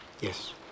Yes